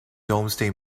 domesday